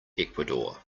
ecuador